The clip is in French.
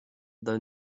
dans